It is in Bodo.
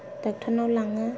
दाक्थारनाव लाङो